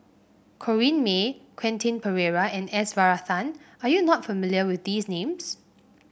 Corrinne May Quentin Pereira and S Varathan are you not familiar with these names